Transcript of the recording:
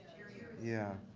cheerios. yeah.